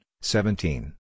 seventeen